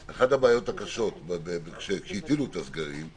אגב, אחת הבעיות הקשות כשהטילו את הסגרים זה